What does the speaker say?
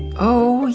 oh,